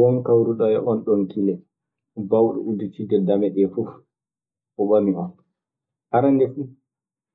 Won kawruɗo e oo ɗoo kile, bawɗo udditidde dame ɗee fuu; ɗon oo ɓami on. Arannde fuu,